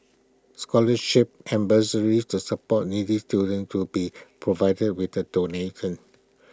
scholarships and bursaries to support needy students to be provided with the donation